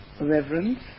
reverence